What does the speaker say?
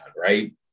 Right